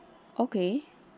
okay